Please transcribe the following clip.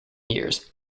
years